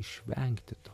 išvengti to